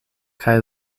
kaj